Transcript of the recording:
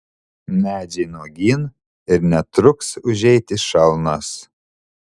medžiai nuogyn ir netruks užeiti šalnos